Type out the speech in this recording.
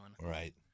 Right